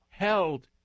held